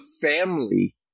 family